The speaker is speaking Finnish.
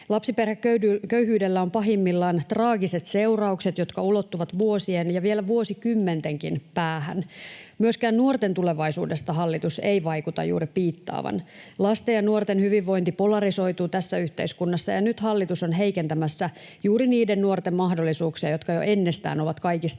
Lapsiperheköyhyydellä on pahimmillaan traagiset seuraukset, jotka ulottuvat vuosien ja vielä vuosikymmentenkin päähän. Myöskään nuorten tulevaisuudesta hallitus ei vaikuta juuri piittaavan. Lasten ja nuorten hyvinvointi polarisoituu tässä yhteiskunnassa, ja nyt hallitus on heikentämässä juuri niiden nuorten mahdollisuuksia, jotka jo ennestään ovat kaikista